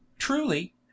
Truly